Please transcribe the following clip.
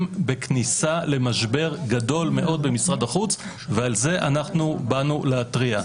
בכניסה למשבר גדול מאוד במשרד החוץ ועל זה באנו להתריע.